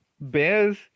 bears